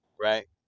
right